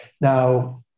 Now